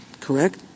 correct